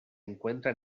encuentra